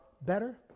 Better